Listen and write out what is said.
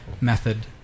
method